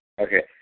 Okay